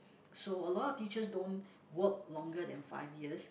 so a lot of teachers don't work longer than five years